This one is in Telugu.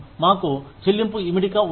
మాకు చెల్లింపు ఇమిడిక ఉంది